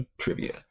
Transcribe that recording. trivia